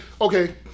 okay